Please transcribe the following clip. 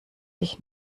ich